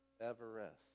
Everest